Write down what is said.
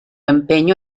empeño